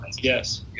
yes